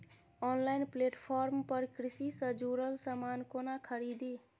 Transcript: Online platform पर कृषि सँ जुड़ल समान कोना खरीदी?